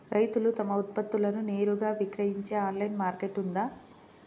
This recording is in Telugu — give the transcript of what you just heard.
రైతులు తమ ఉత్పత్తులను నేరుగా విక్రయించే ఆన్లైను మార్కెట్ ఉందా?